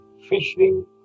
fishing